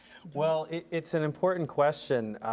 well, it's an important question.